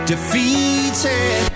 defeated